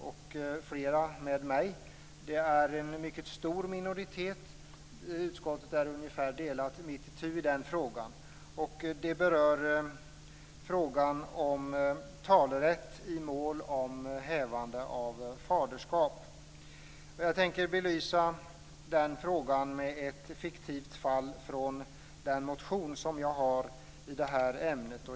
Det är fråga om en mycket stor minoritet. Utskottet är ungefär delat mitt itu i frågan. Det rör sig om frågan om talerätt i mål om hävande av faderskap. Jag tänker belysa frågan med ett fiktivt fall från den motion jag har väckt i det här ämnet.